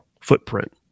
footprint